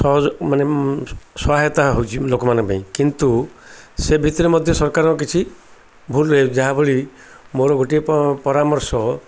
ସହଯୋଗ ମାନେ ସହାୟତା ହେଉଛି ଲୋକମାନଙ୍କ ପାଇଁ କିନ୍ତୁ ସେ ଭିତରେ ମଧ୍ୟ ସରକାରଙ୍କ କିଛି ଭୁଲ ରହ ଯାହା ଫଳରେ କି ମୋର ଗୋଟିଏ ପରାମର୍ଶ